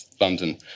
London